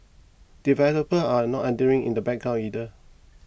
developers are not idling in the background either